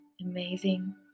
amazing